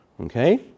Okay